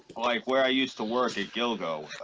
like where i used to work at gilgo?